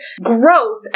growth